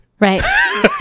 right